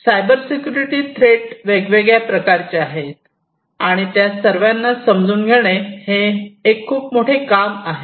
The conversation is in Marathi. सायबर सिक्युरिटी थ्रेट वेगवेगळ्या प्रकारचे आहेत आणि त्या सर्वांना समजून घेणे हे एक खूप मोठे काम आहे